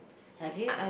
have you